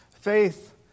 Faith